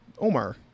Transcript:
Omar